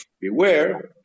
beware